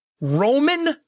Roman